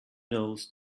nose